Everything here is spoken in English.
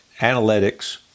analytics